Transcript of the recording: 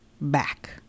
back